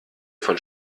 von